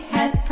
Head